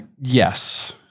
Yes